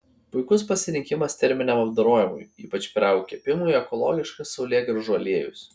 puikus pasirinkimas terminiam apdorojimui ypač pyragų kepimui ekologiškas saulėgrąžų aliejus